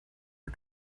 are